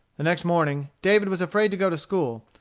the next morning, david was afraid to go to school,